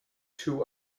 two